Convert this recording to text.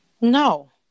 No